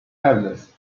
evidence